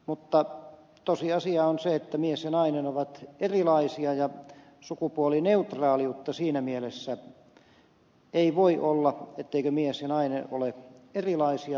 mutta tosiasia on se että mies ja nainen ovat erilaisia ja sukupuolineutraaliutta siinä mielessä ei voi olla etteivätkö mies ja nainen ole erilaisia